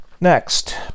Next